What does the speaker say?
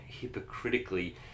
hypocritically